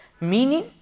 meaning